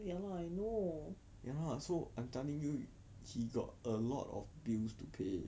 ya so I'm telling you he got a lot of bills to pay